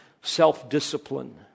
self-discipline